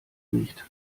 nicht